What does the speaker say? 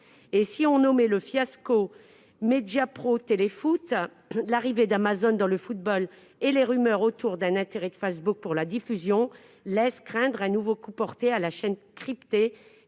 un marché. Après le fiasco Mediapro-Téléfoot, l'arrivée d'Amazon dans le football et les rumeurs autour d'un intérêt de Facebook pour la diffusion sportive laissent craindre un nouveau coup porté à la chaîne cryptée